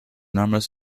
numbers